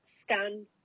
scan